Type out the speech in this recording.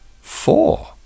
four